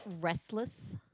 Restless